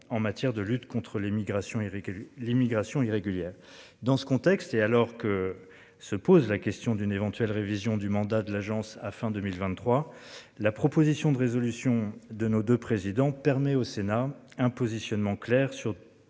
en matière de lutte contre l'émigration Éric l'immigration irrégulière. Dans ce contexte, et alors que se pose la question d'une éventuelle révision du mandat de l'Agence à fin 2023. La proposition de résolution de nos 2 présidents permet au Sénat, un positionnement clair sur.